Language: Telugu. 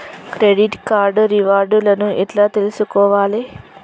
క్రెడిట్ కార్డు రివార్డ్ లను ఎట్ల తెలుసుకోవాలే?